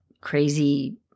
crazy